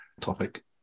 topic